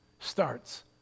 starts